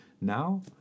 now